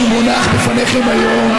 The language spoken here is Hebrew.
שמונח בפניכם היום,